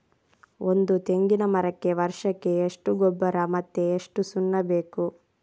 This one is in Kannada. ಒಂದು ತೆಂಗಿನ ಮರಕ್ಕೆ ವರ್ಷಕ್ಕೆ ಎಷ್ಟು ಗೊಬ್ಬರ ಮತ್ತೆ ಎಷ್ಟು ಸುಣ್ಣ ಬೇಕು?